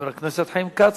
חבר הכנסת חיים כץ.